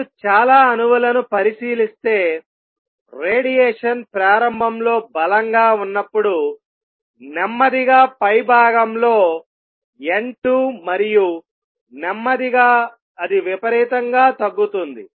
మీరు చాలా అణువులను పరిశీలిస్తే రేడియేషన్ ప్రారంభంలో బలంగా ఉన్నప్పుడు నెమ్మదిగా పైభాగంలో N2 మరియు నెమ్మదిగా అది విపరీతంగా తగ్గుతుంది